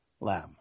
Lamb